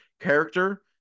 character